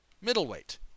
Middleweight